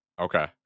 Okay